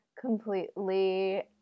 completely